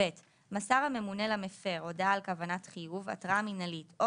מסר הממונה למפר הודעה על כוונת חיוב התראה מינהלית או